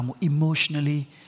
emotionally